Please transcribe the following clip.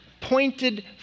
pointed